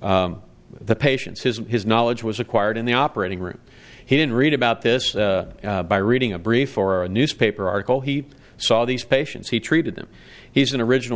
the patients his his knowledge was acquired in the operating room he didn't read about this by reading a brief or a newspaper article he saw these patients he treated them he's an original